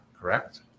correct